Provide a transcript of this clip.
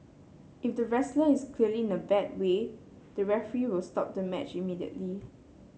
if the wrestler is clearly in a bad way the referee will stop the match immediately